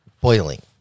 boiling